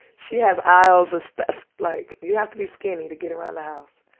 she has aisles of stuff, like you have to be skinny to get around the house.